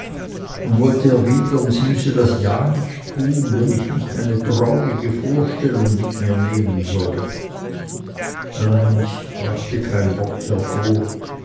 und wollte erwidern sie müsse das ja nicht tun wenn ich nicht eine traurige vorstellung mit mir nehmen solle allein ich brachte kein wort hervor